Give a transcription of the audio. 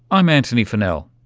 i'm antony funnell.